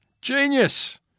Genius